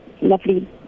lovely